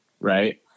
Right